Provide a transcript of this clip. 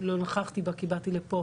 נכחתי בה כי באתי לפה,